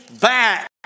back